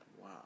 Wow